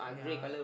yeah